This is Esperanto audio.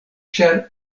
ĉar